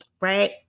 right